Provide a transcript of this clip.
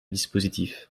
dispositif